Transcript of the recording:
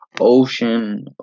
Ocean